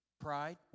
pride